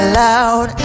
loud